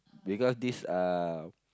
because this uh